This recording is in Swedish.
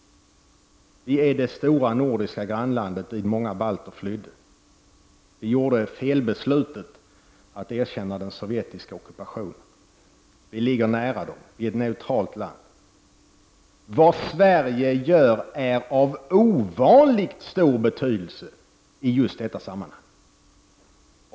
Vi är det stora nordiska grannlandet dit många balter flydde. Vi fattade det felaktiga beslutet att erkänna den sovjetiska ockupationen. Vi ligger nära Litauen, vi är ett neutralt land. Vad Sverige gör är av ovanligt stor betydelse i just detta sammanhang.